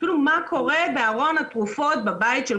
אפילו מה קורה בארון התרופות בבית של